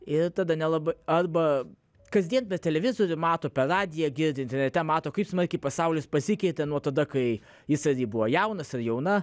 ir tada nelabai arba kasdien per televizorių mato per radiją girdi internete mato kaip smarkiai pasaulis pasikeitė nuo tada kai jis buvo jaunas ar jauna